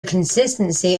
consistency